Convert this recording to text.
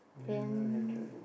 Gabriel and Jia-Jun